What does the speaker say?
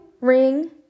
ring